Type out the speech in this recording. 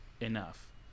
enough